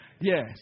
Yes